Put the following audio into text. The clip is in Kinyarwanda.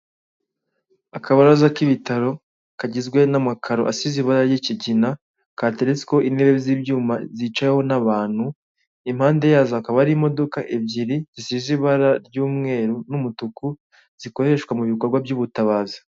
Akabaraza k'ibitaro kagizwe n'amakaro asize ibaya ry'ikigina katereretseho, intebe z'ibyuma zicaweho n'abantu impande yazo hakaba hari imodoka ebyiri zisize ibara ry'umweru n'umutuku, zikoreshwa mu bikorwa by'ubutabazi.